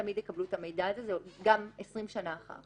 תמיד יקבלו את המידע על זה גם 20 שנה אחר כך.